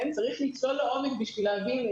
צריך לצלול לעומק בשביל להבין,